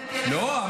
לא הפניתי אליך.